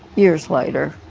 years later.